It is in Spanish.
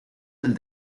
del